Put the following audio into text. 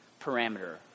parameter